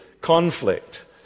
conflict